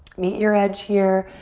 meet your edge here.